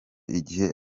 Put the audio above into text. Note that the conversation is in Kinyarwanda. igihe